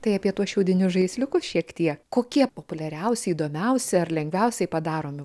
tai apie tuos šiaudinius žaisliukus šiek tiek kokie populiariausi įdomiausi ar lengviausiai padaromi